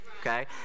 Okay